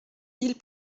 ils